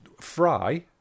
Fry